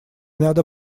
надо